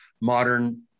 modern